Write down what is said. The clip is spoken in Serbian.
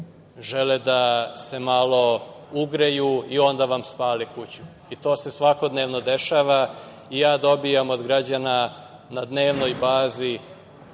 žele da se malo ugreju i onda vam spale kuću. To se svakodnevno dešava. Ja dobijam od građana na dnevnoj bazi